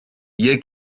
hier